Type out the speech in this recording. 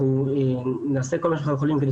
אנחנו נעשה כל מה שאנחנו יכולים כדי